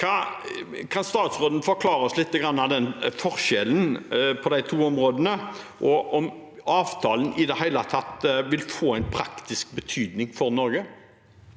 Kan statsråden forklare oss litt av forskjellen på de to områdene og om avtalen i det hele tatt vil få en praktisk betydning for Norge?